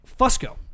Fusco